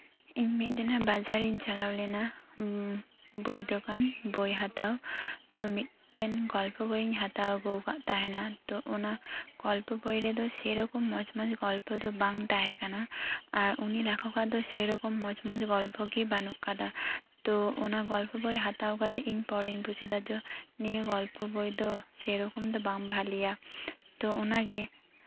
ᱤᱧ ᱢᱤᱫᱽᱫᱤᱱᱚᱜ ᱵᱟᱡᱟᱨ ᱤᱧ ᱪᱟᱞᱟᱣ ᱞᱮᱱᱟ ᱵᱳᱭ ᱫᱚᱠᱟᱱ ᱵᱳᱭ ᱦᱟᱛᱣ ᱛᱚ ᱢᱤᱫᱽᱴᱮᱱ ᱜᱚᱞᱯᱚ ᱵᱳᱭ ᱤᱧ ᱦᱟᱛᱟᱣ ᱟᱹᱜᱩ ᱟᱠᱟᱫ ᱛᱟᱦᱮᱱᱟ ᱛᱚ ᱚᱱᱟ ᱜᱚᱞᱯᱚᱵᱳᱭ ᱨᱮᱫᱚ ᱥᱮᱨᱚᱠᱚᱢ ᱢᱚᱸᱡᱽ ᱢᱚᱸᱡᱽ ᱜᱚᱞᱯᱷᱚ ᱫᱚ ᱵᱟᱝ ᱛᱟᱦᱮᱸ ᱠᱟᱱᱟ ᱟᱨ ᱩᱱᱤ ᱞᱮᱠᱷᱚᱠ ᱟᱜ ᱫᱚ ᱥᱮᱨᱚᱠᱚᱢ ᱢᱚᱸᱡᱽ ᱢᱚᱸᱡᱽ ᱜᱚᱞᱯᱷᱚ ᱜᱮ ᱵᱟᱹᱱᱩᱜ ᱟᱠᱟᱫᱟ ᱛᱚ ᱚᱱᱟ ᱜᱚᱞᱯᱷᱚ ᱵᱳᱭ ᱦᱟᱛᱟᱣ ᱠᱟᱛᱮᱫ ᱤᱧ ᱯᱚᱨᱮᱧ ᱵᱩᱡ ᱠᱮᱫᱟ ᱡᱮ ᱱᱤᱭᱟᱹ ᱜᱚᱞᱯᱷᱚ ᱵᱳᱭ ᱫᱚ ᱥᱮᱨᱚᱠᱚᱢ ᱫᱚ ᱵᱟᱝ ᱵᱷᱟᱹᱞᱤᱭᱟ ᱛᱚ ᱚᱱᱟᱜᱮ